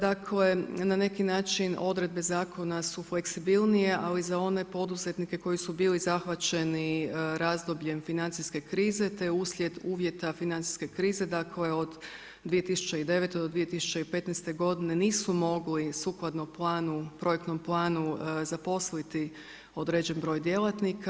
Dakle, na neki način odredbe zakona su fleksibilnije, ali za one poduzetnike, koji su bili zahvaćeni razdobljem financijske krize, te uslijed uvjeta financijske krize, dakle od 2009.-2015. g. nisu mogli sukladno planu, projektnom planu zaposliti određeni broj djelatnika.